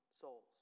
souls